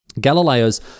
Galileo's